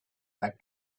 that